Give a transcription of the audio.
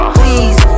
please